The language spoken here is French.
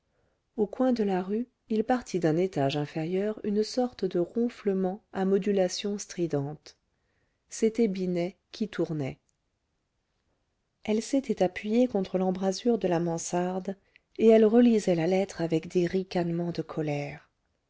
au coin de la rue il partit d'un étage inférieur une sorte de ronflement à modulations stridentes c'était binet qui tournait elle s'était appuyée contre l'embrasure de la mansarde et elle relisait la lettre avec des ricanements de colère